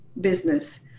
business